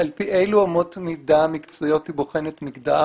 על פי אלו אמות מידה מקצועיות היא בוחנת מגדר?